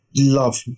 love